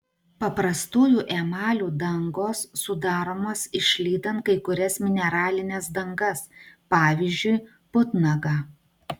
paprastųjų emalių dangos sudaromos išlydant kai kurias mineralines dangas pavyzdžiui putnagą